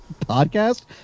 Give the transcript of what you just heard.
podcast